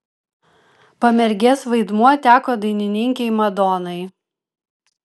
pamergės vaidmuo teko dainininkei madonai